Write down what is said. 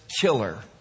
killer